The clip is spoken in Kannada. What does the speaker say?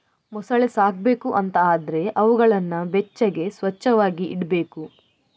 ಮೊಸಳೆ ಸಾಕ್ಬೇಕು ಅಂತ ಆದ್ರೆ ಅವುಗಳನ್ನ ಬೆಚ್ಚಗೆ, ಸ್ವಚ್ಚವಾಗಿ ಇಡ್ಬೇಕು